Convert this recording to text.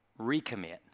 recommit